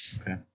Okay